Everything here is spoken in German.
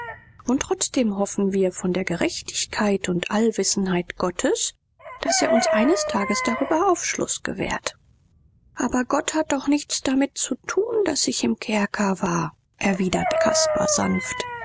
und trotzdem hoffen wir von der gerechtigkeit und allwissenheit gottes daß er uns eines tages darüber aufschluß gewährt aber gott hat doch nichts damit zu tun daß ich im kerker war erwiderte caspar sanft